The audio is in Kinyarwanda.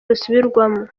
rusubirwamo